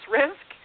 risk